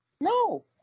No